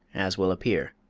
as will appear.